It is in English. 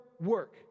work